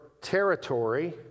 territory